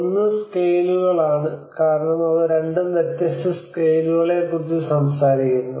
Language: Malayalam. ഒന്ന് സ്കെയിലുകളാണ് കാരണം അവ രണ്ടും വ്യത്യസ്ത സ്കെയിലുകളെക്കുറിച്ച് സംസാരിക്കുന്നു